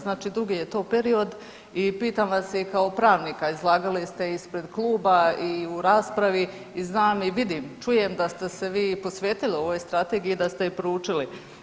Znači dugi je to period i pitam vas i kao pravnika, izlagali ste ispred kluba i u raspravi i znam i vidim, čujem da ste se vi posvetili ovoj strategiji i da ste je proučili.